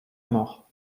mort